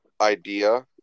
idea